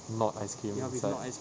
not ice cream inside